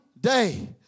day